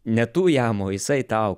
ne tu jam o jisai tau